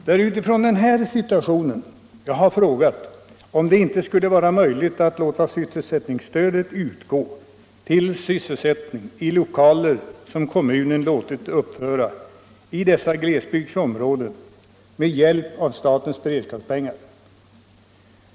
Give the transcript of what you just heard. Det är utifrån den här situationen jag har frågat om det inte skulle vara möjligt att låta sysselsättningsstödet utgå till sysselsättning i lokaler som kommunen låtit uppföra i dessa glesbygdsområden med hjälp av statens beredskapspengar.